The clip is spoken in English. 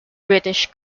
british